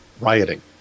rioting